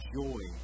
joy